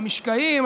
המשקעים,